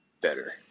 better